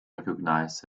recognize